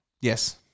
Yes